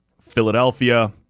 Philadelphia